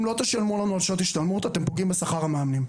אם לא תשלמו לנו על שעות השתלמות אתם פוגעים בשכר המאמנים.